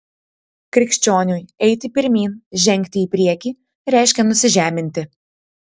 krikščioniui eiti pirmyn žengti į priekį reiškia nusižeminti